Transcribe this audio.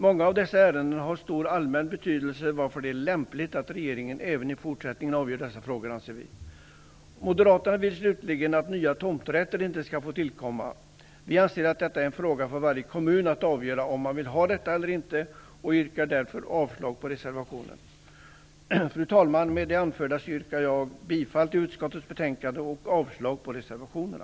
Många av dessa ärenden har stor allmän betydelse, varför det enligt vår åsikt är lämpligt att regeringen även i fortsättningen avgör dessa frågor. Slutligen: Moderaterna vill att nya tomträtter inte skall få tillkomma. Vi anser att det är en fråga för varje kommun att avgöra om man vill ha detta eller inte och yrkar därför avslag på reservationen. Fru talman! Med det anförda yrkar jag bifall till hemställan i utskottets betänkande och avslag på reservationerna.